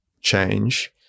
change